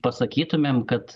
pasakytumėm kad